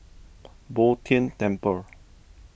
Bo Tien Temple